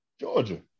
Georgia